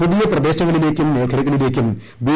പുതിയ പ്രദേശങ്ങളിലേക്കും മേഖലകളിലേയ്ക്കും ബി